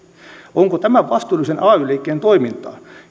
onko tämä vastuullisen ay liikkeen toimintaa